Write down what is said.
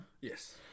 Yes